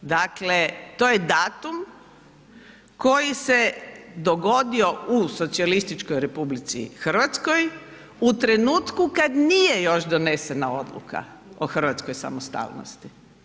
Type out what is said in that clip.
Dakle to je datum koji se dogodio u Socijalističkoj Republici Hrvatskoj u trenutku kad nije još donesena odluka o hrvatskoj samostalnosti.